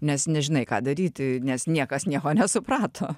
nes nežinai ką daryti nes niekas nieko nesuprato